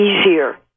easier